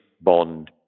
bond